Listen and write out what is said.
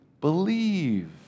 believe